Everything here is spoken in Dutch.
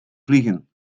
vliegen